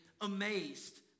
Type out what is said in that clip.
amazed